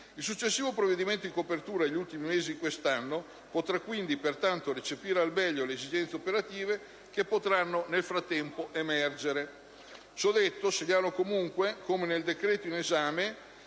Il successivo provvedimento di copertura degli ultimi mesi di quest'anno potrà, pertanto, recepire al meglio le esigenze operative che potranno nel frattempo emergere. Ciò detto, segnalo comunque come nel decreto in esame